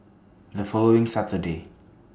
The following Saturday